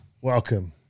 welcome